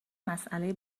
مسئله